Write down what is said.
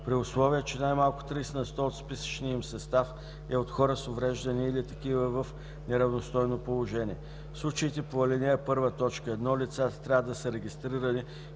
при условие че най-малко 30 на сто от списъчния им състав е от хора с увреждания или такива в неравностойно положение. В случаите по ал. 1, т. 1 лицата трябва да са регистрирани